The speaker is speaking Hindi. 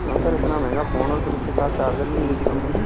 क्यों सर इतना महंगा फ़ोन और फिर इसके साथ चार्जर भी नहीं देती कंपनी